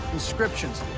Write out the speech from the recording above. inscriptions.